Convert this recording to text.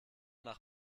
nach